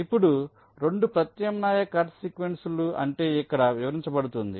ఇప్పుడు 2 ప్రత్యామ్నాయ కట్ సీక్వెన్సులు అంటే ఇక్కడ వివరించబడుతుంది